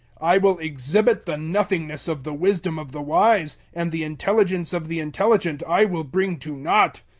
i will exhibit the nothingness of the wisdom of the wise, and the intelligence of the intelligent i will bring to nought.